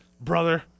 brother